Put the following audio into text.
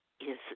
Yes